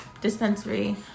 dispensary